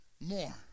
more